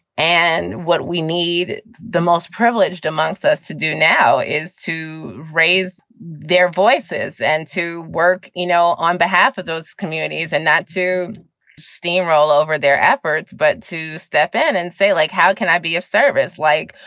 and what we need the most privileged amongst us to do now is to raise their voices and to work you know on behalf of those communities and not to steamroll over their efforts, but to step in and say, like, how can i be of service? like,